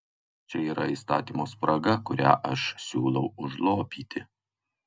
čia yra įstatymo spraga kurią aš siūlau užlopyti